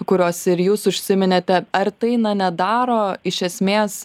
kurios ir jūs užsiminėte ar tai nedaro iš esmės